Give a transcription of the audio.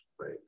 right